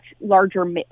larger